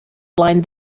lined